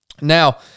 now